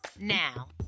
now